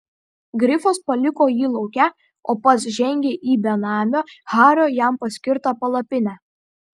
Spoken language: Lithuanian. grifas paliko jį lauke o pats žengė į benamio hario jam paskirtą palapinę